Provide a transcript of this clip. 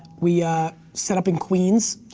we set up in queens.